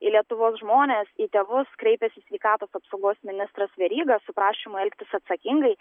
į lietuvos žmones į tėvus kreipęsis sveikatos apsaugos ministras veryga su prašymu elgtis atsakingai